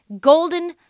golden